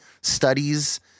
studies